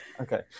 Okay